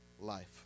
life